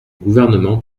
gouvernement